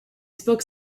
spoke